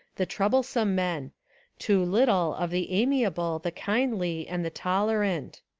the troublesome men too little of the amiable, the kindly, and the tolerant.